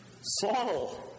Saul